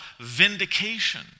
vindication